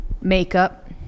Makeup